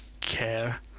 care